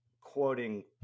quoting